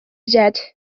jet